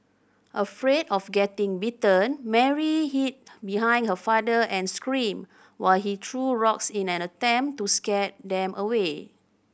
afraid of getting bitten Mary hid behind her father and screamed while he threw rocks in an attempt to scare them away